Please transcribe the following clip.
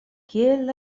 kiel